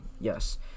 Yes